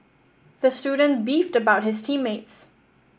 the student beefed about his team mates